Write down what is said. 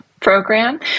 program